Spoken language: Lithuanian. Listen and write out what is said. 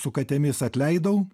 su katėmis atleidau